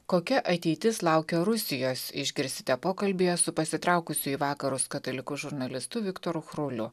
kokia ateitis laukia rusijos išgirsite pokalbyje su pasitraukusiu į vakarus katalikų žurnalistų viktoru chruliu